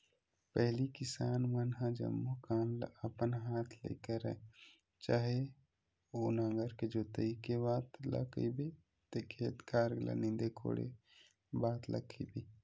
पहिली किसान मन ह जम्मो काम ल अपन हात ले करय चाहे ओ नांगर के जोतई के बात ल कहिबे ते खेत खार ल नींदे कोड़े बात ल कहिबे